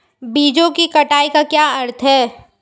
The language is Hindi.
बीजों की कटाई का क्या अर्थ है?